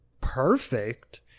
perfect